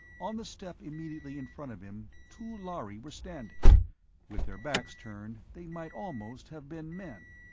on the step immediately in front of him, two lhari were standing with their backs turned, they might almost have been men.